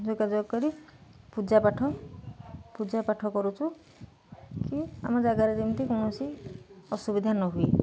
ଯୋଗାଯୋଗ କରି ପୂଜା ପାଠ ପୂଜା ପାଠ କରୁଛୁ କି ଆମ ଜାଗାରେ ଯେମିତି କୌଣସି ଅସୁବିଧା ନ ହୁୁଏ